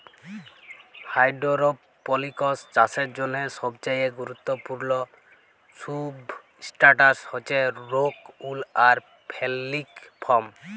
hydroponics চাষের জ্যনহে সবচাঁয়ে গুরুত্তপুর্ল সুবস্ট্রাটাস হছে রোক উল আর ফেললিক ফম